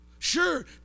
Sure